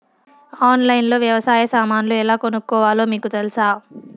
ఆన్లైన్లో లో వ్యవసాయ సామాన్లు ఎలా కొనుక్కోవాలో మీకు తెలుసా?